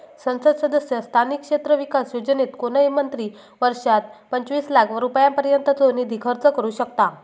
संसद सदस्य स्थानिक क्षेत्र विकास योजनेत कोणय मंत्री वर्षात पंचवीस लाख रुपयांपर्यंतचो निधी खर्च करू शकतां